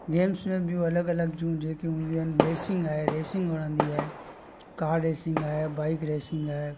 games में ॿियूं अलॻि अलॻि जो जेकियूं हूंदियूं आहिनि रेसिंग आहे रेसिंग वणंदी आहे कार रेसिंग आहे बाईक रेसिंग आहे